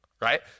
right